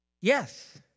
Yes